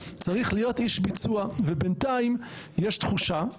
צריך להיות איש ביצוע ובינתיים יש תחושה,